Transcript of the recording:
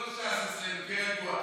זה לא ש"ס אצלי, ותהיה רגוע.